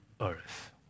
earth